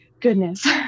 goodness